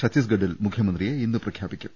ചത്തീസ്ഗഡിൽ മുഖ്യമന്ത്രിയെ ഇന്ന് പ്രഖ്യാപിക്കും